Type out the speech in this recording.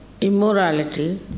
Immorality